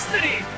City